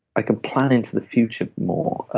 i can plan into the future more.